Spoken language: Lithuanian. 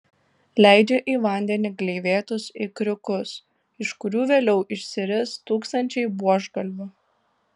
leidžia į vandenį gleivėtus ikriukus iš kurių vėliau išsiris tūkstančiai buožgalvių